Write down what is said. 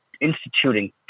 instituting